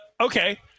Okay